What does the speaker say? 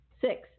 Six